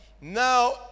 Now